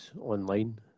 online